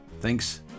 Thanks